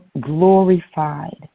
glorified